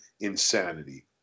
insanity